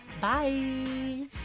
Bye